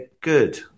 good